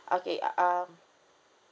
okay um